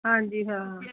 ਹਾਂਜੀ ਹਾਂ